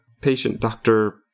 patient-doctor